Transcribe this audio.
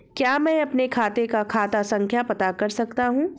क्या मैं अपने खाते का खाता संख्या पता कर सकता हूँ?